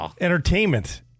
entertainment